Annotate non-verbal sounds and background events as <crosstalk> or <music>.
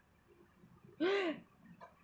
<breath>